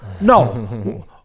no